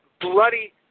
bloody